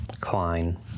Klein